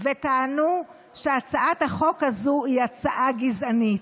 וטענו שהצעת החוק הזו היא הצעה גזענית.